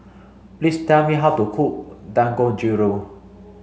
please tell me how to cook Dangojiru